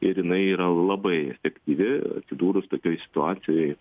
ir jinai yra labai efektyvi atsidūrus tokioj situacijoj